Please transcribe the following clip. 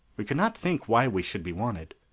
we could not think why we should be wanted.